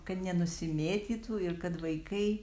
kad nenusimėtytų ir kad vaikai